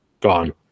gone